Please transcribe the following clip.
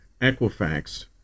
Equifax